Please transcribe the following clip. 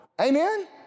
Amen